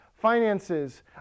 Finances